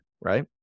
right